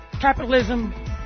capitalism